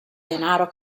denaro